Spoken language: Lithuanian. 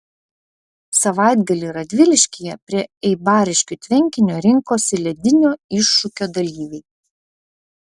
savaitgalį radviliškyje prie eibariškių tvenkinio rinkosi ledinio iššūkio dalyviai